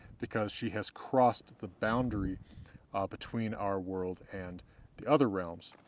because she has crossed the boundary between our world and the other realms,